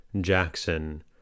Jackson